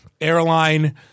airline